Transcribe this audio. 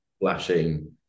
flashing